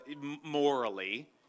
morally